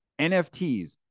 NFTs